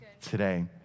today